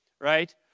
right